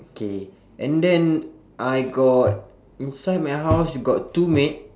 okay and then I got inside my house got two maid